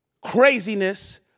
craziness